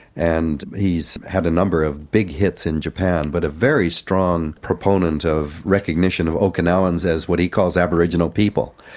and he's had a number of big hits in japan but a very strong proponent of recognition of okinawans as what he calls aboriginal people.